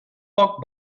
poc